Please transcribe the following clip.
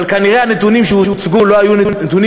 אבל כנראה הנתונים שהוצגו לא היו נתונים